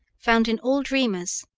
found in all dreamers,